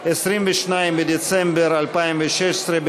22 בדצמבר 2016,